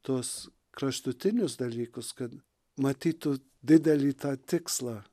tuos kraštutinius dalykus kad matytų didelį tą tikslą